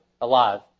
alive